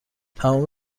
تمام